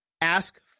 ask